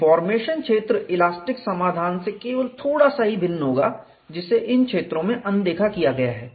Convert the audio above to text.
deformation क्षेत्र elastic समाधान से केवल थोड़ा सा ही भिन्न होगा जिसे इन क्षेत्रों में अनदेखा किया गया है